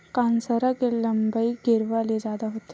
कांसरा के लंबई गेरवा ले जादा होथे